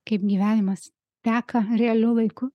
kaip gyvenimas teka realiu laiku